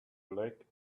black